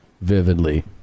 vividly